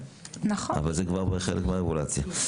אבל זה כבר חלק מהרגולציה.